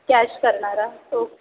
cash करणार आहात okay